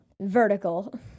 Vertical